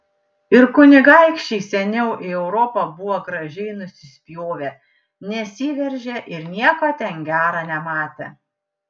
ir kunigaikščiai seniau į europą buvo gražiai nusispjovę nesiveržė ir nieko ten gera nematė